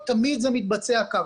תמיד זה מתבצע כך,